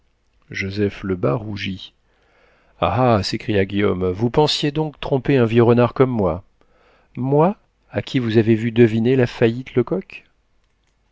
joseph lebas rougit ah ah s'écria guillaume vous pensiez donc tromper un vieux renard comme moi moi à qui vous avez vu deviner la faillite